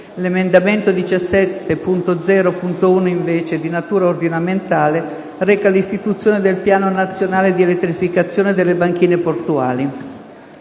l'emendamento 17.0.1, invece, di natura ordinamentale, reca l'istituzione del piano nazionale di elettrificazione delle banchine portuali.